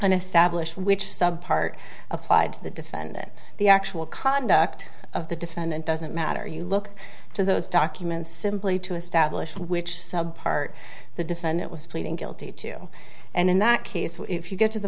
an established which subpart applied to the defendant the actual conduct of the defendant doesn't matter you look to those documents simply to establish which subpart the defendant was pleading guilty to and in that case if you get to the